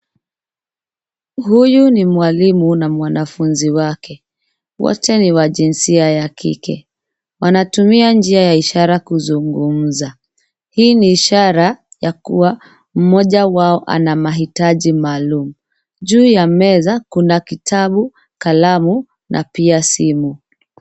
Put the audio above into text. Huyu ni mwalimu na mwanafunzi wake. Wote ni wa jinsia ya kike. Wanatumia njia ya ishara kuzugumza. Hii ni ishara ya kuwa mmoja wao ana maitaji maalum. Juu ya meza kuna kitabu, kalamu na pia simu.